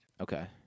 Okay